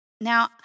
Now